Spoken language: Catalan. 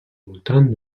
voltant